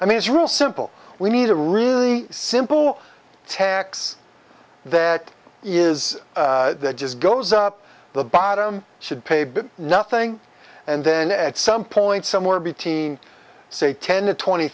i mean it's real simple we need a really simple tax that is just goes up the bottom should pay but nothing and then at some point somewhere between say ten to twenty